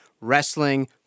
wrestling